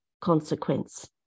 consequence